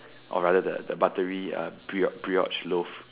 or rather the buttery uh bri~ brioche loaf